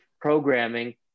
programming